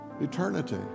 eternity